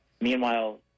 meanwhile